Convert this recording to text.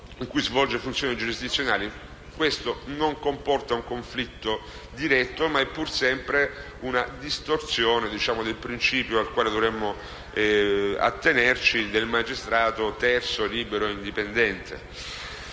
in cui svolge funzioni giurisdizionali. Questo non comporta un conflitto diretto, ma è pur sempre una distorsione del principio, al quale dovremmo attenerci, del magistrato terzo, libero e indipendente.